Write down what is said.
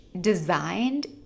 designed